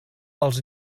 als